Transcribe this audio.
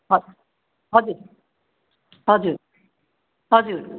हजुर हजुर हजुर हजुर